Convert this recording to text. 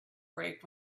break